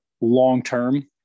long-term